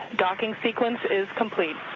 docking sequence is complete.